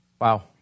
Wow